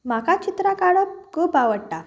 म्हाका चित्रां काडप खूब आवडटा